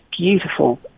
beautiful